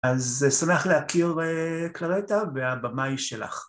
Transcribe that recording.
אז שמח להכיר קלרתה, והבמה היא שלך.